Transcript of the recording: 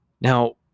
Now